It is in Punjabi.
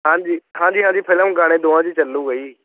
ਹਾਂਜੀ ਹਾਂਜੀ ਹਾਂਜੀ ਫਿਲਮ ਗਾਣੇ ਦੋਵਾਂ 'ਚ ਚੱਲੂਗਾ ਜੀ